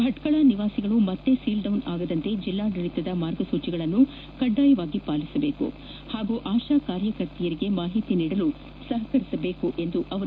ಭಟ್ಗಳ ನಿವಾಸಿಗಳು ಮತ್ತೆ ಸೀಲ್ಡೌನ್ ಆಗದಂತೆ ಜಿಲ್ಲಾಡಳಿತದ ಮಾರ್ಗಸೂಚಿಗಳನ್ನು ಕಡ್ಡಾಯವಾಗಿ ಪಾಲಿಸಬೇಕು ಹಾಗೂ ಆಶಾ ಕಾರ್ಯಕರ್ತೆಯರಿಗೆ ಮಾಹಿತಿ ನೀಡಲು ಸಹಕರಿಸಬೇಕು ಎಂದರು